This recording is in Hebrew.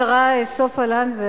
השרה סופה לנדבר,